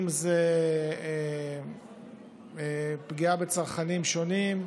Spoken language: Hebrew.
אם זו פגיעה בצרכנים שונים,